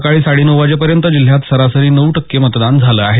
सकाळी साडेनऊ वाजेपर्यंत जिल्ह्यात सरासरी नऊ टक्के मतदान झालं आहे